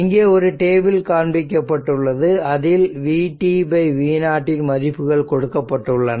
இங்கே ஒரு டேபிள் காண்பிக்கப்பட்டுள்ளது அதில் vtv0 மதிப்புகள் கொடுக்கப்பட்டுள்ளன